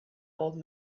old